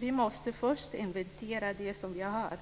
Vi måste först inventera det som vi har.